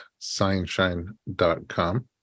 signshine.com